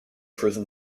prison